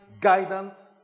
guidance